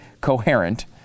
coherent